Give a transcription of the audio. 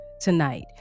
tonight